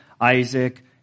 Isaac